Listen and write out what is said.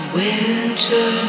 winter